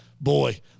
boy